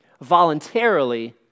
voluntarily